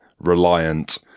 reliant